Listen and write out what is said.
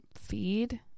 feed